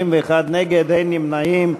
61 נגד, אין נמנעים.